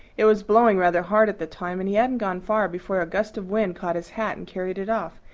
it was blowing rather hard at the time, and he hadn't gone far before a gust of wind caught his hat and carried it off,